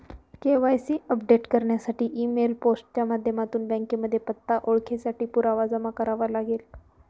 KYC update करण्यासाठी email, post च्या माध्यमातून बँकेमध्ये पत्ता, ओळखेसाठी पुरावा जमा करावे लागेल